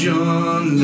John